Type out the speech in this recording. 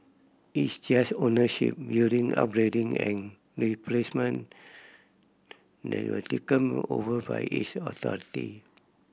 it's just ownership building upgrading and replacement that will taken over by its authority